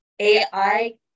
ai